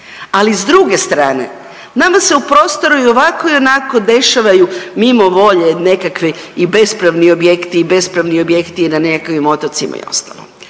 Ali s druge strane nama se u prostoru i ovako i onako dešavaju mimo volje nekakvi i bespravni objekti i bespravni objekti na nekakvih otocima i ostalo.